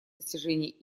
достижении